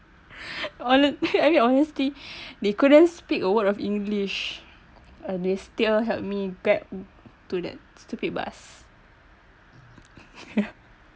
honestly I mean honestly they couldn't speak a word of english and they still helped me get to that stupid bus